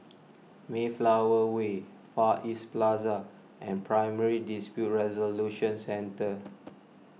Mayflower Way Far East Plaza and Primary Dispute Resolution Centre